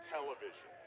Television